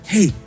Hey